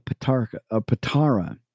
Patara